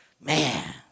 Man